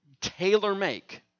tailor-make